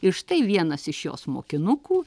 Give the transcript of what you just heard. ir štai vienas iš jos mokinukų